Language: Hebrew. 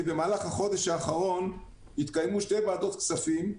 כי במהלך החודש האחרון התקיימו שתי ועדות כספים,